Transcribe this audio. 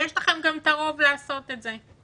ויש לכם גם את הרוב לעשות את זה.